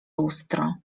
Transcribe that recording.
lustro